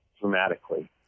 dramatically